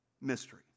mystery